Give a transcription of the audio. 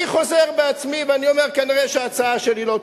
אני חוזר בעצמי ואני אומר: כנראה ההצעה שלי לא טובה.